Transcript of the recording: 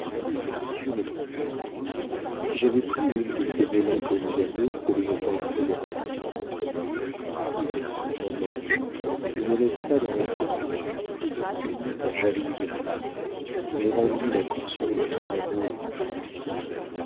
mais si je me trompais si j'avais pris une de tes mélancolies d'amour pour une pensée de raison ah mon ange ne me laisse pas dans l'incertitude punis ta jalouse femme mais rends lui la conscience de son amour et du tien